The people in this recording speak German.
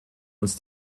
uns